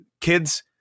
kids